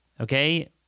Okay